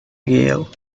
gale